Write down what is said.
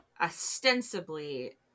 ostensibly